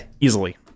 easily